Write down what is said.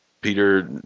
Peter